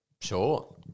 sure